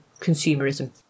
consumerism